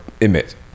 emits